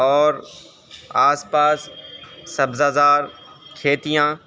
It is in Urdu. اور آس پاس سبزہ زار کھیتیاں